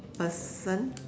person